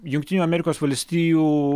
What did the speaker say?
jungtinių amerikos valstijų